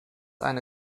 eine